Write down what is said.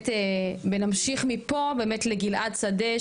ונמשיך מפה באמת לגלעד שדה,